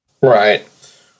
Right